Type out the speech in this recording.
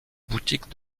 boutiques